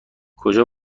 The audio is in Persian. کجا